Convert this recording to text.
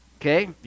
Okay